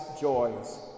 joys